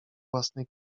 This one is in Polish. własnej